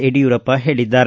ಯಡಿಯೂರಪ್ಪ ಹೇಳಿದ್ದಾರೆ